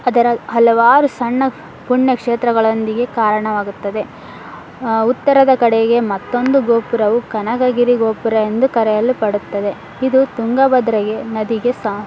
ಅದರ ಹಲವಾರು ಸಣ್ಣ ಪುಣ್ಯಕ್ಷೇತ್ರಗಳೊಂದಿಗೆ ಕಾರಣವಾಗುತ್ತದೆ ಉತ್ತರದ ಕಡೆಗೆ ಮತ್ತೊಂದು ಗೋಪುರವು ಕನಕಗಿರಿ ಗೋಪುರ ಎಂದು ಕರೆಯಲ್ಪಡುತ್ತದೆ ಇದು ತುಂಗಭದ್ರೆಗೆ ನದಿಗೆ ಸಹ